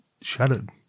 shattered